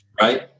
right